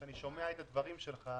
כשאני שומע את דבריך,